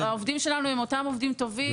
העובדים שלנו הם אותם עובדים טובים.